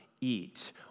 eat